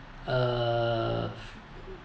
uh